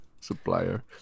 supplier